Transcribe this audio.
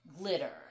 glitter